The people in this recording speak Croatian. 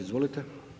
Izvolite.